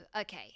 okay